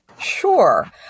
Sure